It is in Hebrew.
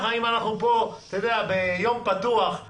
אם אנחנו פה, ביום פתוח,